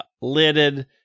lidded